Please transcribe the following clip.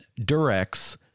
Durex